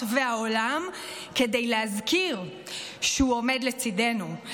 והעולם כדי להזכיר שהוא עומד לצידנו,